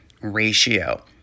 ratio